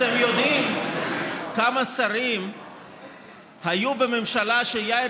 אתם יודעים כמה שרים היו בממשלה שיאיר